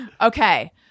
okay